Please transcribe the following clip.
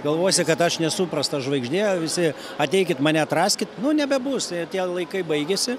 galvosi kad aš nesuprastas žvaigžde o visi ateikit mane atraskit nu nebebus tie laikai baigėsi